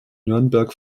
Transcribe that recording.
nürnberg